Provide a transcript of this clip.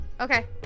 Okay